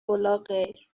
ولاغیر